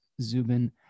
Zubin